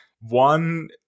One